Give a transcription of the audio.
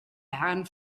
herren